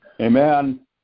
Amen